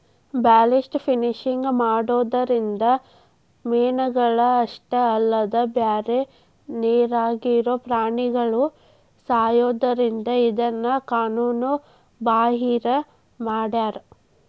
blast fishing ಮಾಡೋದ್ರಿಂದ ಮೇನಗಳ ಅಷ್ಟ ಅಲ್ಲದ ಬ್ಯಾರೆ ನೇರಾಗಿರೋ ಪ್ರಾಣಿಗಳು ಸಾಯೋದ್ರಿಂದ ಇದನ್ನ ಕಾನೂನು ಬಾಹಿರ ಮಾಡ್ಯಾರ